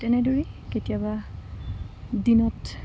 তেনেদৰেই কেতিয়াবা দিনত